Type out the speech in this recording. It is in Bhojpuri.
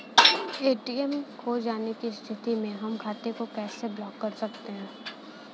ए.टी.एम खो जाने की स्थिति में हम खाते को कैसे ब्लॉक कर सकते हैं?